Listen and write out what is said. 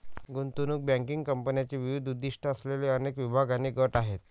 गुंतवणूक बँकिंग कंपन्यांचे विविध उद्दीष्टे असलेले अनेक विभाग आणि गट आहेत